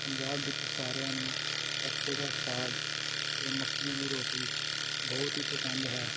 ਪੰਜਾਬ ਵਿੱਚ ਸਾਰਿਆਂ ਨੂੰ ਸਰਸੋਂ ਦਾ ਸਾਗ ਅਤੇ ਮੱਕੀ ਦੀ ਰੋਟੀ ਬਹੁਤ ਹੀ ਪਸੰਦ ਹੈ